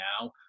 now